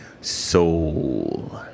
Soul